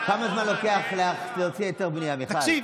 כמה זמן לוקח להוציא היתר בנייה, מיכל?